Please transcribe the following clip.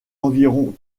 environ